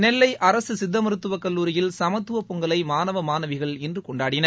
நெல்லை அரசு சித்த மருத்துவக் கல்லூரியில் சமத்துவப் பொங்கலை மாணவ மாணவிகள் இன்று கொண்டாடினர்